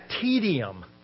tedium